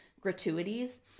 gratuities